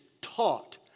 taught